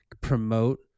promote